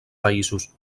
països